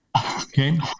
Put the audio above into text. Okay